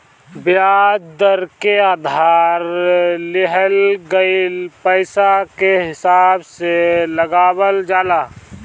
बियाज दर के उधार लिहल गईल पईसा के हिसाब से लगावल जाला